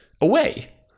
away